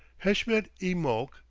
heshmet-i-molk,